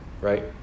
right